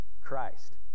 Christ